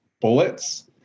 bullets